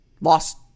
Lost